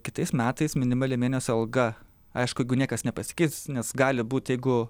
kitais metais minimali mėnesio alga aišku jeigu niekas nepasikeis nes gali būt jeigu